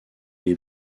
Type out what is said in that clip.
les